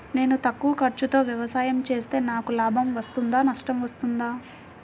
నేను తక్కువ ఖర్చుతో వ్యవసాయం చేస్తే నాకు లాభం వస్తుందా నష్టం వస్తుందా?